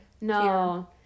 No